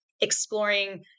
exploring